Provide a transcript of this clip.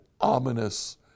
ominous